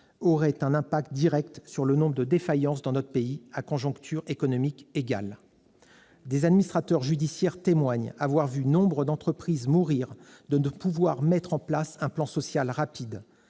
aurait une incidence directe sur le nombre de défaillances d'entreprises dans notre pays, à conjoncture économique égale. Des administrateurs judiciaires témoignent avoir vu nombre d'entreprises mourir de ne pouvoir mettre en place un plan social rapidement